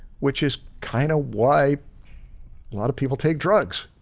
which is kind of why a lot of people take drugs.